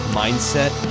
mindset